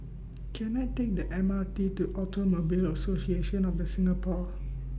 Can I Take The M R T to Automobile Association of The Singapore